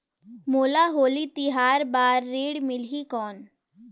मोला होली तिहार बार ऋण मिलही कौन?